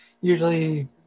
usually